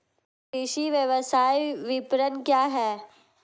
कृषि व्यवसाय विपणन क्या है?